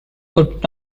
could